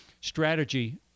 Strategy